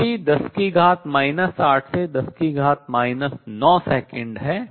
कोटि 10 8 से 10 9 सेकंड है